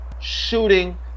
shooting